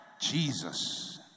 Jesus